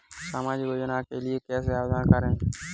सामाजिक योजना के लिए कैसे आवेदन करें?